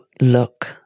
look